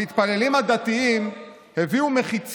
המתפללים 'הדתיים' למה אתה